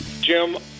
Jim